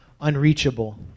unreachable